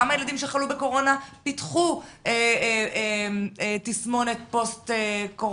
כמה ילדים שחלו בקורונה פיתחו תסמונת פוסט-קורונה,